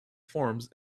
forms